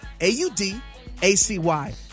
A-U-D-A-C-Y